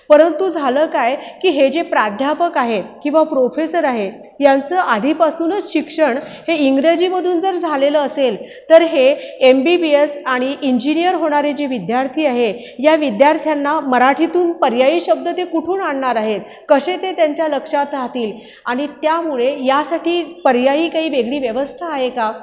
परंतु झालं काय की ही जे प्राध्यापक आहेत किवा प्रोफेसर आहे यांचं आधीपासूनच शिक्षण हे इंग्रजीमधून जर झालेलं असेल तर हे एम बी बी एस आणि इंजीनियर होणारे जे विद्यार्थी आहे या विद्यार्थ्यांना मराठीतून पर्यायी शब्द ते कुठून आणणार आहेत कसे ते त्यांच्या लक्षात राहतील आणि त्यामुळे यासाठी पर्यायी काही वेगळी व्यवस्था आहे का